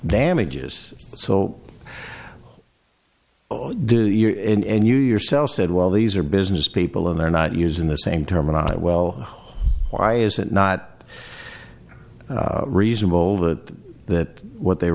damages so do you and you yourself said well these are business people and they're not using the same term and i well why is it not reasonable that that what they